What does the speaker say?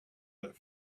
that